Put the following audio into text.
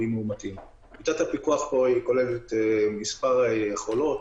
עבודת הפיקוח כוללת מספר יכולות,